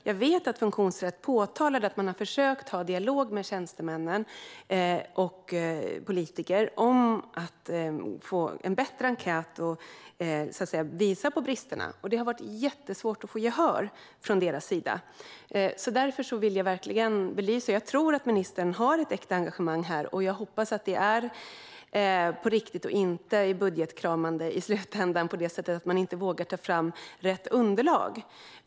Jag vet att Funktionsrätt påtalade att de har försökt ha en dialog med tjänstemän och politiker om att få en bättre enkät och att de har försökt visa bristerna men att det har varit jättesvårt för dem att få gehör. Därför vill jag verkligen belysa detta. Jag tror att ministern har ett äkta engagemang här, och jag hoppas att det är på riktigt och inte i slutändan budgetkramande på det sättet att man inte vågar ta fram rätt underlag.